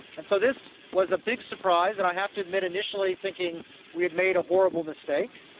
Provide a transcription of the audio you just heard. and so this was a big surprise, and i have to admit initially thinking we had made a horrible mistake.